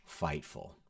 Fightful